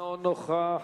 אינו נוכח.